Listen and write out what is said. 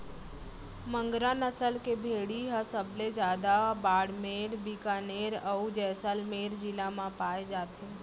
मगरा नसल के भेड़ी ह सबले जादा बाड़मेर, बिकानेर, अउ जैसलमेर जिला म पाए जाथे